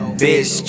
bitch